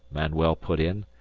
manuel put in.